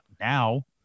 now